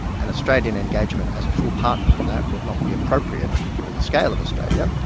and australian engagement as a full partner in that would not be appropriate, given the scale of australia.